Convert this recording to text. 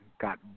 got